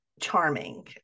charming